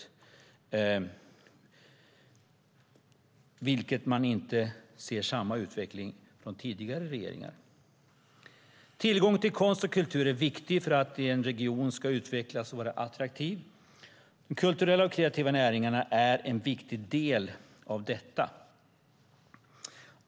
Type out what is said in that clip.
Med tidigare regeringar skedde inte samma utveckling. Det är viktigt med tillgång till konst och kultur för att en region ska utvecklas och vara attraktiv. De kulturella och kreativa näringarna är en viktig del av detta.